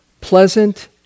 pleasant